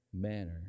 manner